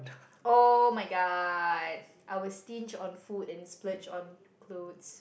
oh-my-god I will stinge on food and splurge on clothes